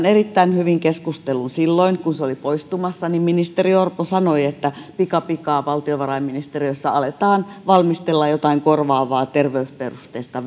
erittäin hyvin keskustelun silloin kun se oli poistumassa ministeri orpo sanoi että pikapikaa valtiovarainministeriössä aletaan valmistella jotain korvaavaa terveysperusteista